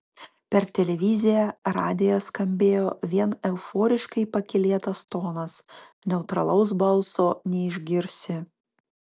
per televiziją radiją skambėjo vien euforiškai pakylėtas tonas neutralaus balso neišgirsi